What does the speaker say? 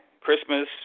Christmas